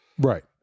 Right